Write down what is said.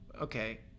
Okay